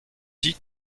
dis